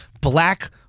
black